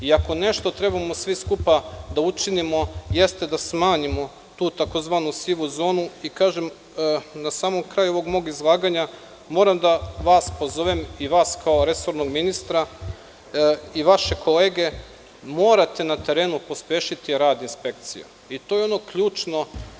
Ako nešto trebamo svi skupa da učinimo jeste da smanjimo tu tzv. sivu zonu, i kažem, na samom kraju ovog mog izlaganja moram vas da pozovem, vas kao resornog ministra i vaše kolege morate na terenu pospešiti rad inspekcija, i to je ono ključno.